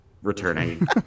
Returning